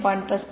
3 0